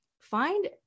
find